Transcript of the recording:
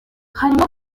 harimo